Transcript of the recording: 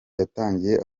yatangiye